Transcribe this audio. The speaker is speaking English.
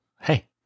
hey